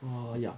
oh ya